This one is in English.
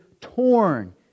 torn